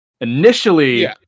Initially